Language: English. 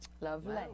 Lovely